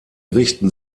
richten